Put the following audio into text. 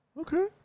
Okay